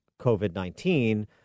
COVID-19